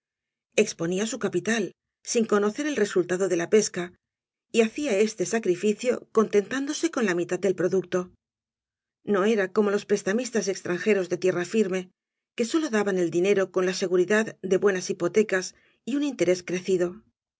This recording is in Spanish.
exponía su capital sin conocer el resultado de la pesca y hacía este sacrificio contentándose con la mitad del producto no era como los prestamistas extranjeros de tierra firme que sólo daban el dinero con la se guridad de buenas hipotecas y un interés crecido